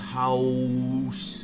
house